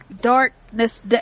darkness